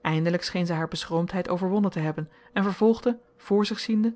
eindelijk scheen zij haar beschroomdheid overwonnen te hebben en vervolgde voor zich ziende